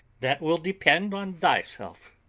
that will depend upon thyself.